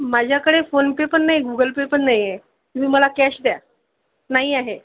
माझ्याकडे PhonePe पण नाही गूगल पे पण नाही आहे तुम्ही मला कॅश द्या नाही आहे